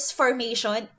formation